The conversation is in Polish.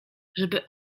żeby